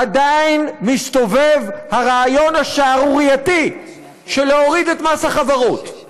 עדיין מסתובב הרעיון השערורייתי של להוריד את מס החברות,